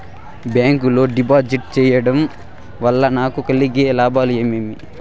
Bank లో డిపాజిట్లు సేయడం వల్ల నాకు కలిగే లాభాలు ఏమేమి?